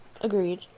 Agreed